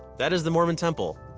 that is the mormon temple.